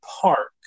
Park